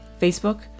Facebook